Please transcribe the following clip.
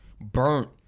burnt